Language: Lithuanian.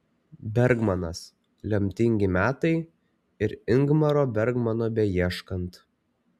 bergmanas lemtingi metai ir ingmaro bergmano beieškant